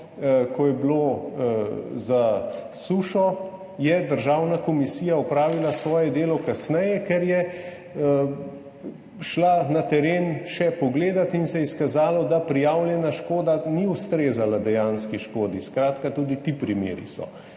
ko je šlo za sušo, je državna komisija opravila svoje delo kasneje, ker je šla pogledat še na teren in se je izkazalo, da prijavljena škoda ni ustrezala dejanski škodi. Skratka, tudi taki primeri so.